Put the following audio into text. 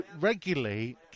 regularly